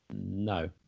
No